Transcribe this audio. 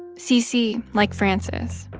cc, like frances,